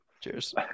Cheers